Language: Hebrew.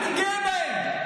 אני גאה בהם.